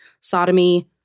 sodomy